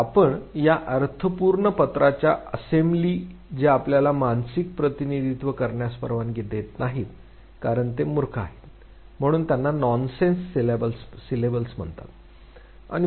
तर या अर्थपूर्ण पत्राच्या असेंब्ली जे आपल्याला मानसिक प्रतिनिधित्व करण्यास परवानगी देत नाहीत कारण ते मूर्ख आहेत म्हणून त्यांना नॉनसेन्स सिलेबल्स म्हणतात